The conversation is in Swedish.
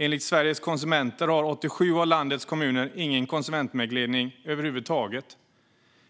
Enligt Sveriges Konsumenter har 87 av landets kommuner över huvud taget ingen konsumentvägledning.